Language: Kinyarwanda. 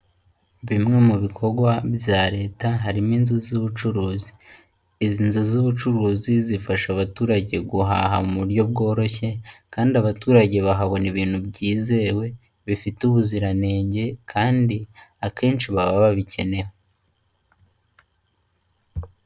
Bimwe mu bikorwa bya leta harimo inzu z'ubucuruzi, izi nzu z'ubucuruzi zifasha abaturage guhaha mu buryo bworoshye kandi abaturage bahabona ibintu byizewe, bifite ubuziranenge kandi akenshi baba babikenera.